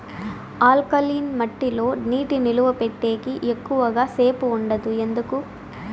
alkaline మట్టి లో నీటి నిలువ పెట్టేకి ఎక్కువగా సేపు ఉండదు ఎందుకు